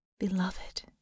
Beloved